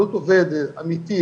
עלות עובד אמיתי,